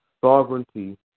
sovereignty